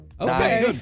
okay